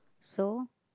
so